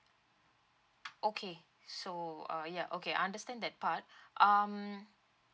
okay so uh ya okay I understand that part um